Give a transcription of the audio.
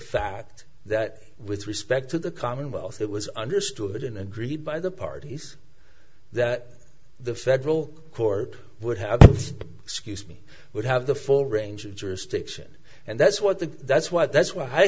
fact that with respect to the commonwealth it was understood and agreed by the parties that the federal court would have to excuse me would have the full range of jurisdiction and that's what the that's what that's what i